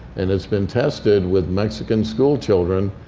and it's been tested with mexican schoolchildren.